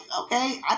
okay